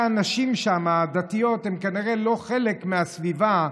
הנשים הדתיות הן כנראה לא חלק מהסביבה.